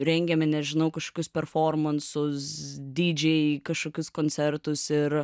rengiame nežinau kažkokius performansus dj kažkokius koncertus ir